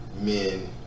men